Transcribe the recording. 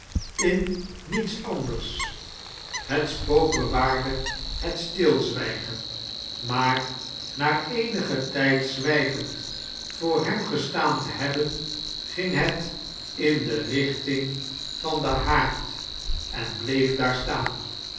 in niets anders het spook bewaarde het stilzwijgen maar na eenigen td zwijgend voor hem gestaan te hebben ging het in de richting van den haard en bleef daar staan